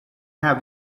have